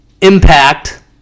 impact